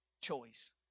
choice